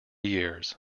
years